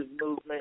movement